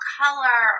color